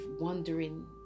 wondering